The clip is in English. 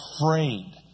afraid